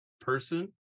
person